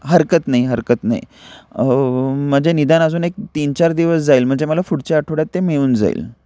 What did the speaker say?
हरकत नाही हरकत नाही म्हणजे निदान अजून एक तीन चार दिवस जाईल म्हणजे मला पुढच्या आठवड्यात ते मिळून जाईल